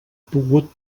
pogut